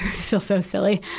feels so silly.